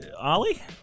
Ollie